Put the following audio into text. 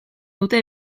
dute